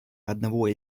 одного